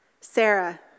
Sarah